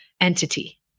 entity